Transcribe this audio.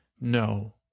no